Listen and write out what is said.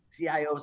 CIOs